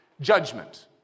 judgment